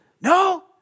no